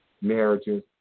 marriages